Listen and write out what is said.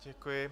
Děkuji.